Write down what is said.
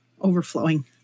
overflowing